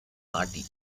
party